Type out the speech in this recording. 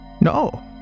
No